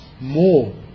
more